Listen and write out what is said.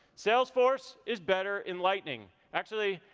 salesforce is better in lightning actually,